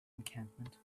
encampment